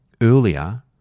Earlier